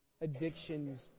addictions